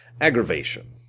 aggravation